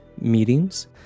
meetings